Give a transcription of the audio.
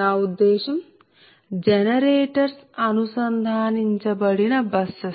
నా ఉద్దేశ్యం జనరేటర్స్ అనుసంధానించినబడిన బసెస్